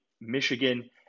Michigan